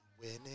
winning